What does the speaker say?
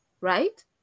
right